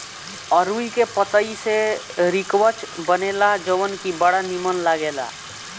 अरुई के पतई से रिकवच बनेला जवन की बड़ा निमन लागेला